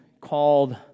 called